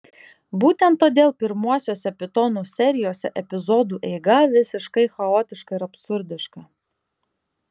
būtent todėl pirmuosiuose pitonų serijose epizodų eiga visiškai chaotiška ir absurdiška